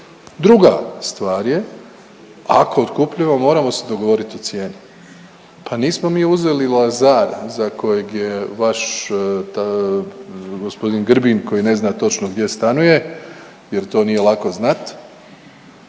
Druga stvar je ako otkupljujemo moramo se dogovoriti o cijeni, pa nismo mi uzeli Loazara za kojeg je vaš gospodin Grbin koji ne zna točno gdje stanuje jer to nije lako znat,